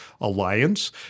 alliance